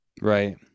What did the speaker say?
Right